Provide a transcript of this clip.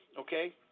okay